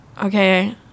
okay